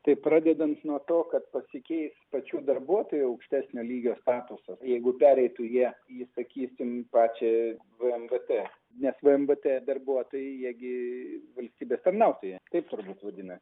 tai pradedant nuo to kad pasikeis pačių darbuotojų aukštesnio lygio statusas jeigu pereitų jie į sakysim pačią vmvt nes vmvt darbuotojai jie gi valstybės tarnautojai tai turbūt liūdina